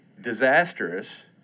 disastrous